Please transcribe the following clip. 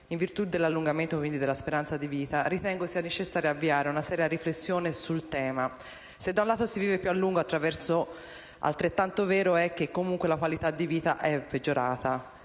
in virtù dell'allungamento della speranza di vita, ritengo sia necessario avviare una seria riflessione sul tema. Se da un lato si vive più a lungo, altrettanto vero è che la qualità della vita è peggiorata